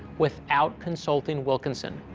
without consulting wilkinson.